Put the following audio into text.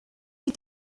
die